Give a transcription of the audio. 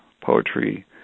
poetry